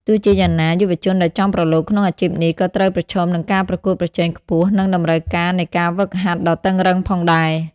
ទោះជាយ៉ាងណា យុវជនដែលចង់ប្រឡូកក្នុងអាជីពនេះ ក៏ត្រូវប្រឈមនឹងការប្រកួតប្រជែងខ្ពស់ និងតម្រូវការនៃការហ្វឹកហាត់ដ៏តឹងរ៉ឹងផងដែរ។